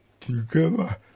together